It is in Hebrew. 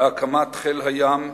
והקמת חיל הים,